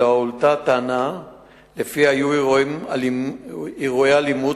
אלא הועלתה טענה שלפיה היו אירועי אלימות